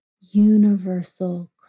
universal